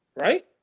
right